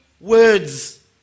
words